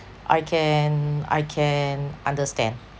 I can I can understand